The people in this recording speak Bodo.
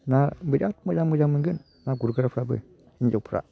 ना बिराथ मोजां मोजां मोनगोन ना गुरग्राफ्राबो हिन्जावफ्रा